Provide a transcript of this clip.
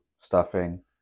stuffing